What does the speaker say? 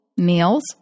Meals